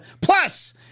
plus